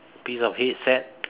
piece of headset